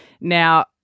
Now